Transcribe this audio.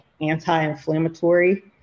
anti-inflammatory